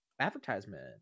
advertisement